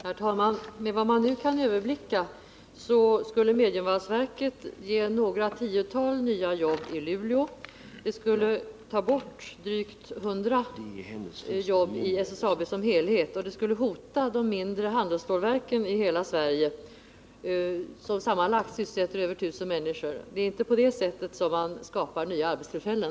Herr talman! Enligt vad man nu kan överblicka skulle mediumvalsverket ge något tiotal nya jobb i Luleå, det skulle ta bort drygt 100 jobb i SSAB i dess helhet och det skulle hota de mindre handelsstålverken i hela Sverige, som sammanlagt sysselsätter över 1 000 människor. Det är inte på det sättet man skapar nya arbetstillfällen.